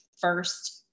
first